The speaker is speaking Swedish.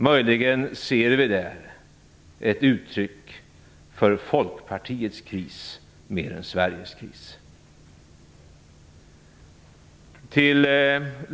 Vi ser där möjligen ett uttryck för Folkpartiets kris mer än för Sveriges kris.